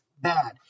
bad